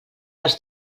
dels